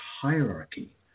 hierarchy